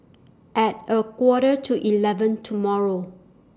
At A Quarter to eleven tomorrow